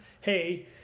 hey